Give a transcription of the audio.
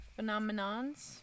phenomenons